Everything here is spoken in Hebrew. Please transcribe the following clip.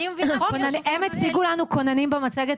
נכון והם הציגו לנו כוננים במצגת